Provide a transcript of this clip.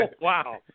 Wow